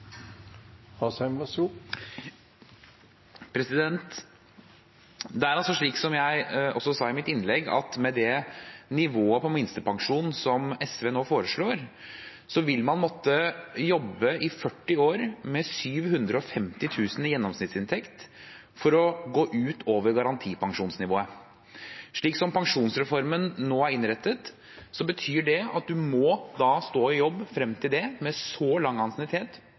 altså slik, som jeg også sa i mitt innlegg, at med det nivået på minstepensjonen som SV nå foreslår, vil man måtte jobbe i 40 år med 750 000 kr i gjennomsnittsinntekt for å gå utover garantipensjonsnivået. Slik pensjonsreformen nå er innrettet, betyr det at man da må stå i jobb fram til dette, med så lang